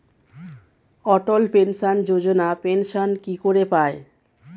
অটল pension Yojana pension কি করে পায়?